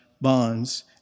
bonds